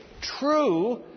true